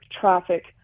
traffic